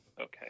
Okay